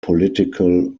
political